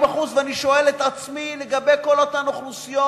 ואני שואל את עצמי לגבי כל אותן אוכלוסיות